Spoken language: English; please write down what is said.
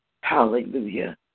Hallelujah